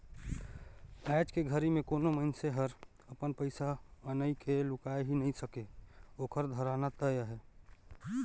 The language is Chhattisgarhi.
आयज के घरी मे कोनो मइनसे हर अपन पइसा अनई के लुकाय ही नइ सके ओखर धराना तय अहे